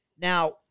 Now